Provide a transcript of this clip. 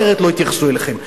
כי אחרת לא יתייחסו אליכם.